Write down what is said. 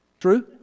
True